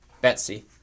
Betsy